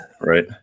Right